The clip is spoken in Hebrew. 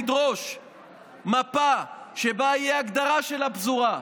לדרוש מפה שבה תהיה הגדרה של הפזורה,